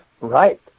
Right